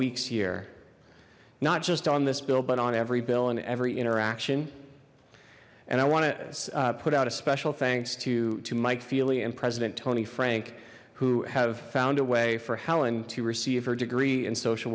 weeks here not just on this bill but on every bill and every interaction and i want to put out a special thanks to to mike feely and president tony frank who have found a way for helen to receive her degree in social